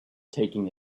taking